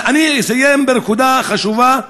אני אסיים בנקודה חשובה,